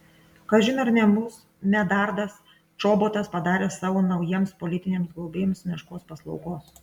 kažin ar nebus medardas čobotas padaręs savo naujiems politiniams globėjams meškos paslaugos